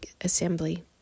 assembly